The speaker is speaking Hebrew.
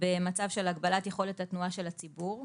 במצב של הגבלת יכולת התנועה של הציבור,